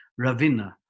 Ravina